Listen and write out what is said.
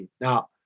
Now